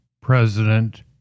president